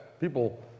people